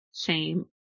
shame